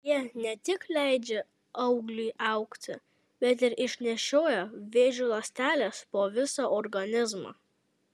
jie ne tik leidžia augliui augti bet ir išnešioja vėžio ląsteles po visą organizmą